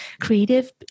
creative